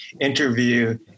interview